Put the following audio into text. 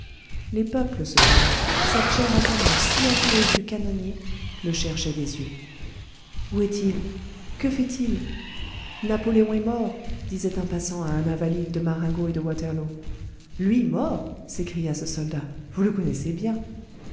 les peuples cependant cette chair à canon si amoureuse du canonnier le cherchaient des yeux où est-il que fait-il napoléon est mort disait un passant à un invalide de marengo et de waterloo lui mort s'écria ce soldat vous le connaissez bien